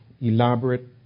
elaborate